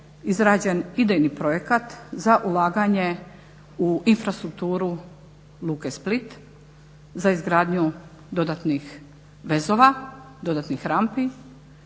izrađen idejni projekt za ulaganje u infrastrukturu Luke Split za izgradnju dodatnih vezova, dodatnih rampi,